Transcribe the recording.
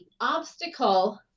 obstacle